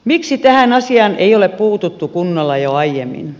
miksi tähän asiaan ei ole puututtu kunnolla jo aiemmin